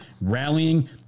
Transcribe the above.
rallying